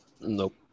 Nope